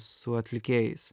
su atlikėjais